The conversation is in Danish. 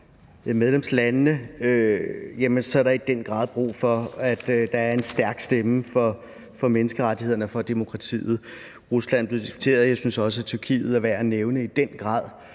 medlemslandene, jamen så er der i den grad brug for, at der er en stærk stemme for menneskerettighederne og for demokratiet. Rusland blev diskuteret, og jeg synes også, Tyrkiet i den grad